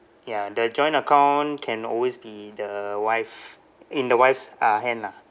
ya the joint account can always be the wife in the wife's uh hand lah